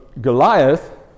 Goliath